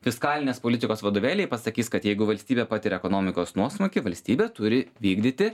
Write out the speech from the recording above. fiskalinės politikos vadovėliai pasakys kad jeigu valstybė patiria ekonomikos nuosmukį valstybė turi vykdyti